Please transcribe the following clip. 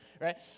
right